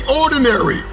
ordinary